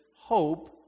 hope